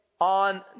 on